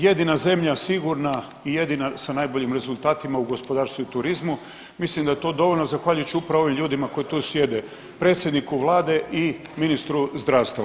Jedina zemlja sigurna i jedina sa najboljim rezultatima u gospodarstvu i turizmu mislim da je to dovoljno zahvaljujući upravo ovim ljudima koji tu sjede predsjedniku Vlade i ministru zdravstva.